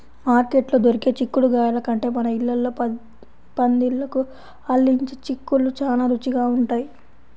మార్కెట్లో దొరికే చిక్కుడుగాయల కంటే మన ఇళ్ళల్లో పందిళ్ళకు అల్లించే చిక్కుళ్ళు చానా రుచిగా ఉంటయ్